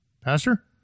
Pastor